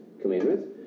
commandments